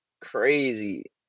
crazy